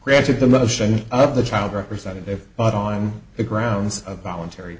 granted the motion of the child representative but on the grounds of voluntary